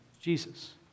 Jesus